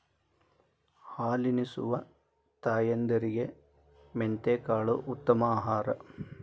ಹಾಲುನಿಸುವ ತಾಯಂದಿರಿಗೆ ಮೆಂತೆಕಾಳು ಉತ್ತಮ ಆಹಾರ